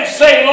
say